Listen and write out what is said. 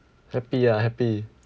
happy ah happy